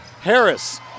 Harris